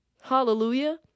Hallelujah